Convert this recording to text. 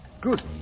Good